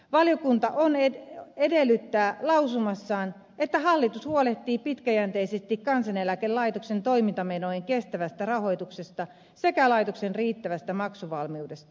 valiokunta edellyttää lausumassaan että hallitus huolehtii pitkäjänteisesti kansaneläkelaitoksen toimintamenojen kestävästä rahoituksesta sekä laitoksen riittävästä maksuvalmiudesta